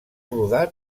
rodat